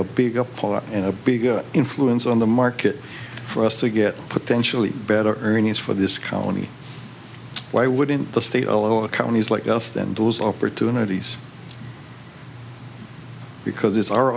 a big part in a big influence on the market for us to get potentially better earnings for this county why wouldn't the state although a companies like us and those opportunities because it's our